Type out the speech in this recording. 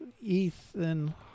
Ethan